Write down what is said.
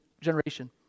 generation